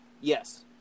Yes